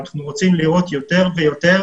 אנחנו רוצים לראות יותר ויותר